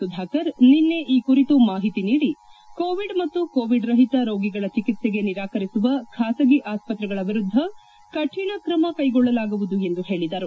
ಸುಧಾಕರ್ ನಿನ್ನೆ ಈ ಕುರಿತು ಮಾಹಿತಿ ನೀಡಿ ಕೋವಿಡ್ ಮತ್ತು ಕೋವಿಡ್ ರಹಿತ ರೋಗಿಗಳ ಚಿಕಿತ್ಸೆಗೆ ನಿರಾಕರಿಸುವ ಖಾಸಗಿ ಆಸ್ಪತ್ರೆಗಳ ವಿರುದ್ದ ಕಠಿಣ ಕ್ರಮ ಕೈಗೊಳ್ಳಲಾಗುವುದು ಎಂದು ಹೇಳಿದರು